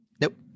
Nope